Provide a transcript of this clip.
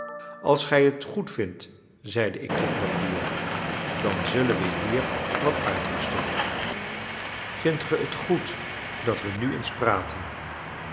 als gij het goedvindt zeide ik tot mattia dan zullen we hier wat uitrusten vindt ge het goed dat we nu eens praten